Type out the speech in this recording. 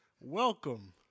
welcome